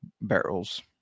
barrels